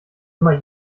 immer